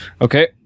Okay